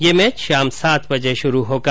ये मैच शाम सात बजे शुरू होगा